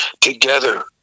together